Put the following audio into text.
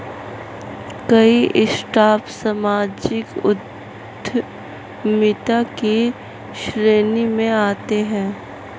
कई स्टार्टअप सामाजिक उद्यमिता की श्रेणी में आते हैं